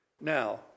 Now